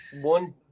one